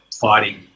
fighting